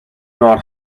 not